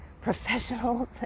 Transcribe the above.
professionals